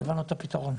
לא הבנו את הפתרון.